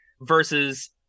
versus